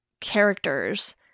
characters